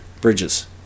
bridges